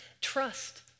trust